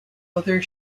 other